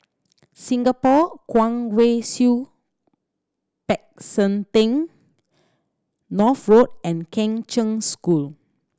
Singapore Kwong Wai Siew Peck San Theng North Road and Kheng Cheng School